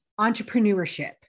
entrepreneurship